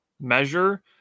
measure